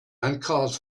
uncalled